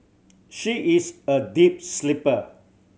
she is a deep sleeper